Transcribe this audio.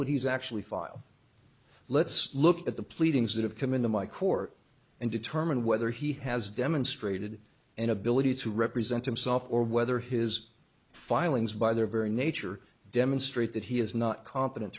what he's actually filed let's look at the pleadings that have come into my core and determine whether he has demonstrated an ability to represent himself or whether his filings by their very nature demonstrate that he is not co